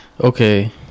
okay